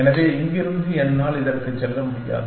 எனவே இங்கிருந்து என்னால் இதற்கு செல்ல முடியாது